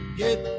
get